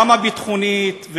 גם הביטחונית,